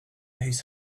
his